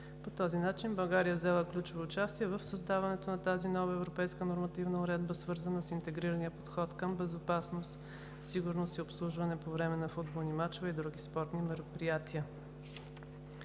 По този начин България е взела ключово участие в създаването на тази нова европейска нормативна уредба, свързана с интегрирания подход към безопасност, сигурност и обслужване по време на футболни мачове и други спортни мероприятия.